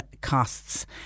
costs